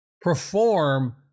perform